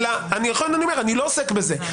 לכן אני אומר: אני לא עוסק בזה.